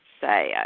say